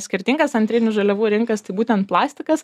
skirtingas antrinių žaliavų rinkas tai būtent plastikas